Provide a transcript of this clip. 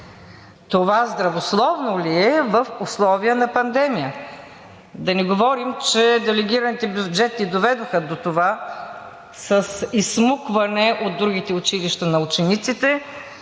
Това здравословно ли е в условията на пандемия? Да не говорим, че делегираните бюджети ни доведоха до това – с изсмукване от другите училища на учениците